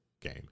game